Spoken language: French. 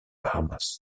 hamas